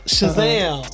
Shazam